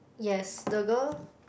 yes the girl